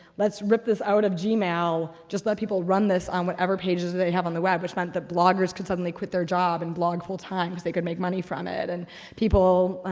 let's rip this out of gmail, just let people run this on whatever pages they have on the web which meant that bloggers could suddenly quit their job and blog full time cause they could make money from it. and people,